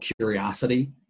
curiosity